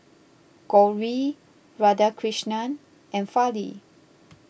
Gauri Radhakrishnan and Fali